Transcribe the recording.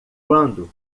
quando